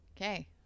okay